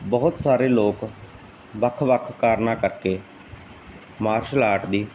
ਬਹੁਤ ਸਾਰੇ ਲੋਕ ਵੱਖ ਵੱਖ ਕਾਰਨਾਂ ਕਰਕੇ ਮਾਰਸ਼ਲ ਆਰਟ ਦੀ